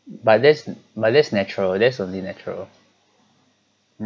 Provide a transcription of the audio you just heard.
but that's but that's natural that's only natural mm